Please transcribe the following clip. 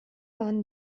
waren